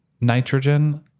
nitrogen